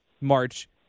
March